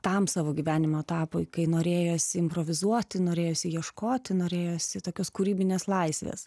tam savo gyvenimo etapui kai norėjosi improvizuoti norėjosi ieškoti norėjosi tokios kūrybinės laisvės